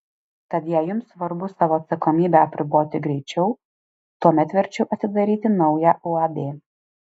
tad jei jums svarbu savo atsakomybę apriboti greičiau tuomet verčiau atidaryti naują uab